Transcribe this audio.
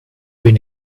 been